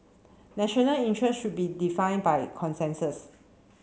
national interest should be defined by consensus